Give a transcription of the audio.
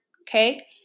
Okay